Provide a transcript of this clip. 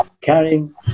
carrying